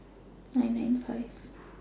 nine nine five